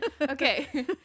okay